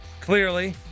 clearly